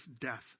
death